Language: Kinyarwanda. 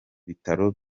bitaro